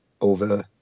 over